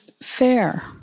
fair